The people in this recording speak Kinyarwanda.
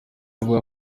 bavuga